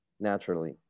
naturally